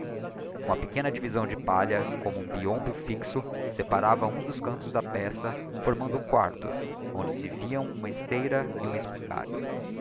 uma pequena divisão de palha como um biombo fixo separava um dos cantos da peça formando um quarto onde se viam uma esteira e uma espingarda